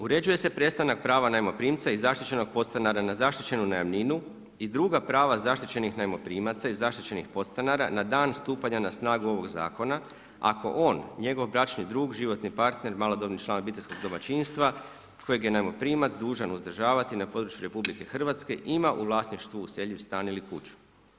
Uređuje se prestanak prava najmoprimca i zaštićenog podstanara na zaštićenu najamninu i druga prava zaštićenih najmoprimaca i zaštićenih podstanara na dan stupanja na snagu ovog zakona ako on, njegov bračni drug, životni partner, malodobni član obiteljskog domaćinstva kojeg je najmoprimac dužan uzdržavati na području Republike Hrvatske ima u vlasništvu useljiv stan ili kuću.